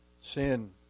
Sin